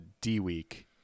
D-Week